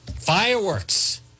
fireworks